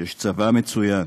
יש צבא מצוין,